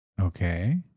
Okay